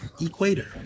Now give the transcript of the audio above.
Equator